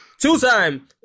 two-time